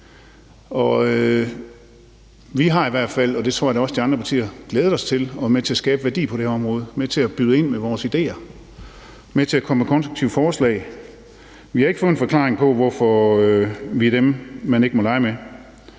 i de andre partier – tror jeg da – glædet os til at være med til at skabe værdi på det her område og byde ind med vores idéer og komme med konstruktive forslag. Vi har ikke fået en forklaring på, hvorfor vi er dem, man ikke må lege med,